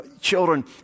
Children